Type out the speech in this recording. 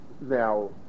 Now